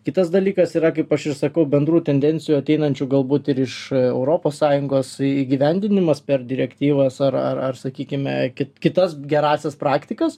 kitas dalykas yra kaip aš ir sakau bendrų tendencijų ateinančių galbūt ir iš europos sąjungos įgyvendinimas per direktyvas ar ar ar sakykime kitas gerąsias praktikas